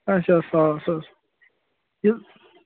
اَچھا حظ ساس حظ یہِ